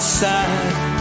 side